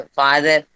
father